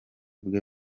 bwe